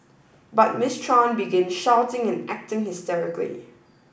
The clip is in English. but Miss Tran began shouting and acting hysterically